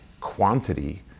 quantity